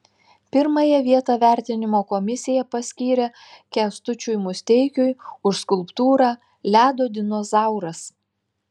pirmąją vietą vertinimo komisija paskyrė kęstučiui musteikiui už skulptūrą ledo dinozauras